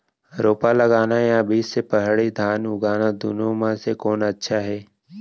रोपा लगाना या बीज से पड़ही धान उगाना दुनो म से कोन अच्छा हे?